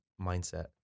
mindset